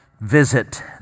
visit